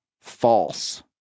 false